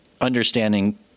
understanding